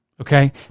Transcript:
okay